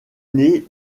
née